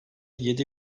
yedi